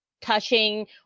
touching